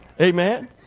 Amen